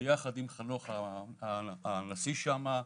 ביחד עם חנוך הנשיא שם,